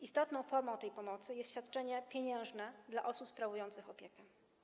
Istotną formą tej pomocy jest świadczenie pieniężne dla osób sprawujących opiekę.